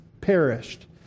perished